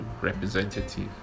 representative